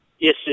Yes